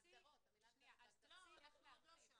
אנחנו עוד לא שם.